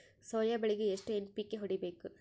Soya ಬೆಳಿಗಿ ಎಷ್ಟು NPK ಹೊಡಿಬೇಕು?